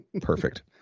Perfect